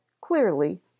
CLEARLY